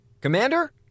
Commander